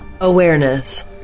Awareness